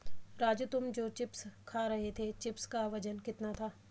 राजू तुम जो चिप्स खा रहे थे चिप्स का वजन कितना था?